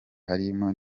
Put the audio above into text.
harimo